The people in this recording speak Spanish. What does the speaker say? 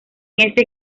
este